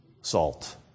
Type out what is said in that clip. Salt